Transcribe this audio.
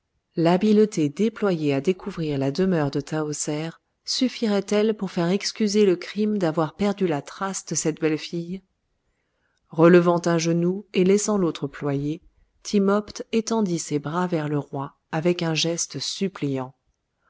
l'habileté déployée à découvrir la demeure de tahoser suffirait elle pour faire excuser le crime d'avoir perdu la trace de cette belle fille relevant un genou et laissant l'autre ployé timopht étendit ses bras vers le roi avec un geste suppliant